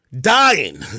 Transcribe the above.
Dying